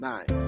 Nine